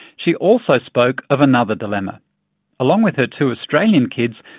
she also spoke of another dilemma along with her two australian kids,